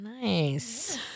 nice